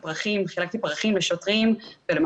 כיכר השבת שנים התושבים סובלים מאותם